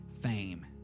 fame